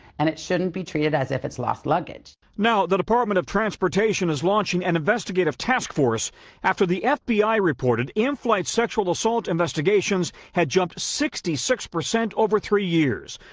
and it shouldn't be treated as if it's lost luggage. reporter the department of transportation is launching an investigative task force after the fbi reported in flight sexual assault investigations had jumped sixty six percent over three years.